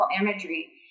imagery